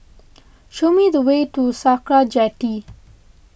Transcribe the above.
show me the way to Sakra Jetty